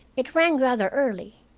it rang rather early,